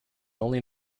only